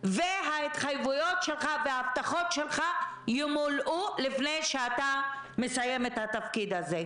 וההתחייבויות שלך ימולאו לפני שאתה מסיים את התפקיד הזה.